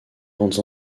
grandes